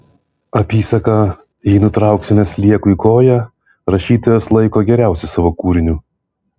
apysaką jei nutrauksime sliekui koją rašytojas laiko geriausiu savo kūriniu